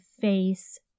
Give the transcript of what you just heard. face